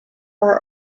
are